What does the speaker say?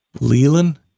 Leland